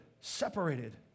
separated